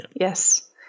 Yes